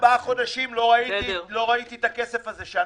ארבעה חודשים לא ראיתי את הכסף הזה.